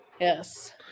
Yes